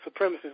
supremacists